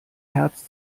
herz